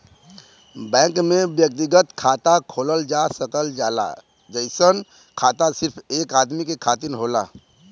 bank में व्यक्तिगत खाता खोलल जा सकल जाला अइसन खाता सिर्फ एक आदमी के खातिर होला